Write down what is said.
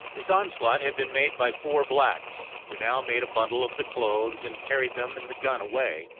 this onslaught had been made by four blacks, who now made a bundle of the clothes, and carried them and the gun away,